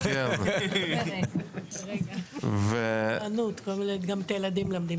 אני כן אגיד אני מקבל הרבה פניות מעולים שמגיעים לארץ ושואלים אותי,